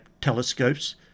telescopes